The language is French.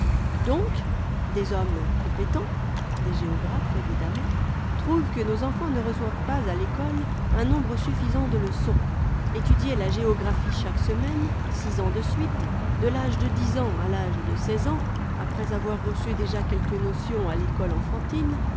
donc des hommes compétents des géographes évidemment trouvent que nos enfants ne reçoivent pas à l'école un nombre suffisant de leçons etudier la géographie chaque semaine six ans de suite de l'âge de dix ans à l'âgé de seize ans